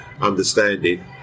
understanding